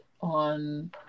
on